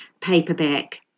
paperback